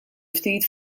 ftit